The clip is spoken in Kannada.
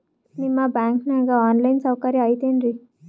ನಿಮ್ಮ ಬ್ಯಾಂಕನಾಗ ಆನ್ ಲೈನ್ ಸೌಕರ್ಯ ಐತೇನ್ರಿ?